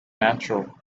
natural